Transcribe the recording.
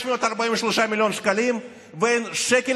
אז אני שוב אומר: ב-543 מיליון שקלים לא היה שקל